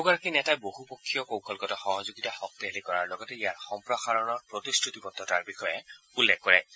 দুয়োগৰাকী নেতাই বহু পক্ষীয় কৌশলগত সহযোগিতা শক্তিশালী কৰাৰ লগতে ইয়াৰ সম্প্ৰসাৰণ কৰাৰ প্ৰতিশ্ৰুতিবদ্ধতাৰ বিষয়ে উল্লেখ কৰে